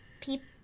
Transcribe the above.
people